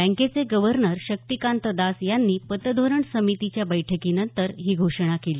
बँकेचे गव्हर्नर शक्तिकांत दास यांनी पतधोरण समितीच्या बैठकीनंतर ही घोषणा केली